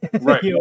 Right